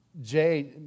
Jay